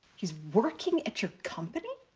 he's working at your company?